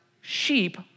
sheep